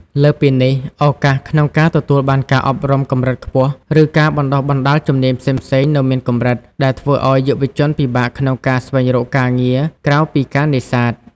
លើសពីនេះ ឱកាសក្នុងការទទួលបានការអប់រំកម្រិតខ្ពស់ ឬការបណ្តុះបណ្តាលជំនាញផ្សេងៗនៅមានកម្រិត ដែលធ្វើឲ្យយុវជនពិបាកក្នុងការស្វែងរកការងារក្រៅពីការនេសាទ។